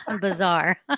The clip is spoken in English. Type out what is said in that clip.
bizarre